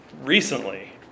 recently